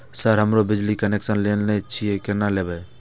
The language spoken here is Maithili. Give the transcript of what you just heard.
सर हमरो बिजली कनेक्सन लेना छे केना लेबे?